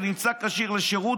שנמצא כשיר לשירות,